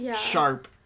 sharp